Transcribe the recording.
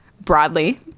broadly